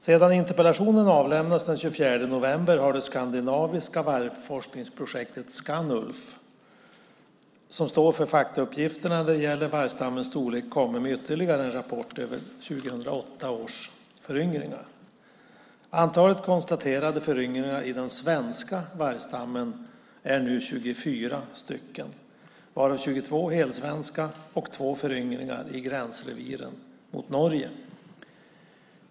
Sedan interpellationen avlämnades den 24 november har det skandinaviska vargforskningsprojektet Skanulv som står för faktauppgifterna när det gäller vargstammens storlek kommit med ytterligare en rapport över 2008 års föryngringar. Antalet konstaterade föryngringar i den svenska vargstammen är nu 24 stycken, varav 22 helsvenska och 2 föryngringar i gränsreviren mot Norge.